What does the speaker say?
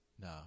No